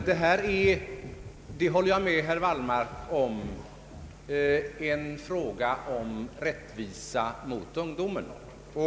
Herr talman! Jag håller med herr Wallmark om att detta är en fråga om rättvisa mot ungdomen.